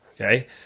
Okay